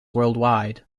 worldwide